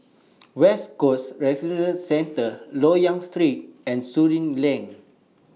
West Coast Recreation Centre Loyang Street and Surin Lane